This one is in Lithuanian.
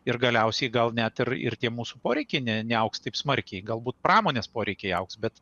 ir galiausiai gal net ir ir tie mūsų poreikiai neaugs taip smarkiai galbūt pramonės poreikiai augs bet